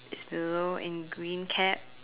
is below in green cap